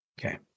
Okay